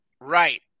Right